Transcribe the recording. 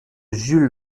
jules